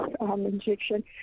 injection